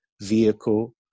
vehicle